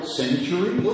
century